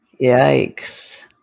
yikes